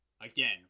Again